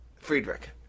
Friedrich